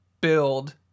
build